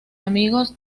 amigos